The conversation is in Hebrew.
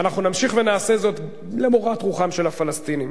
אנחנו נמשיך ונעשה זאת למורת רוחם של הפלסטינים.